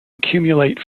accumulate